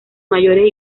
mayores